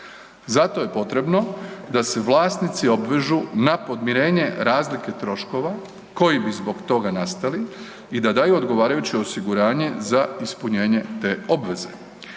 Zato je potrebo da se vlasnici obvežu na podmirenje razlike troškova koji bi zbog toga nastali i da daju odgovarajuće osiguranje za ispunjenje te obveze.